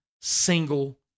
single